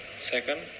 second